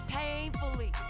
painfully